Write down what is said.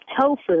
tofu